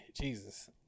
Jesus